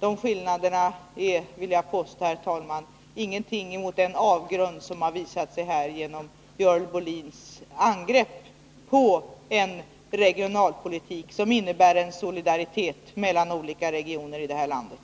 De skillnaderna är — vill jag påstå, herr talman — ingenting jämfört med den avgrund som tydligen finns inom det borgerliga blocket. Görel Bohlins anförande var ett enda angrepp på den regionalpolitik som syftar till solidaritet mellan olika regioner i landet.